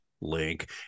link